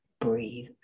breathe